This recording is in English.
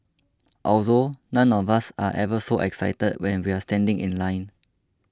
although none of us are ever so excited when we're standing in line